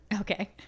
Okay